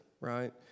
right